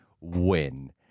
win